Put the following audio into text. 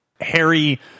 Harry